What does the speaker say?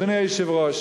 אדוני היושב-ראש,